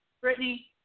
Brittany